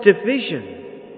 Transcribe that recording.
division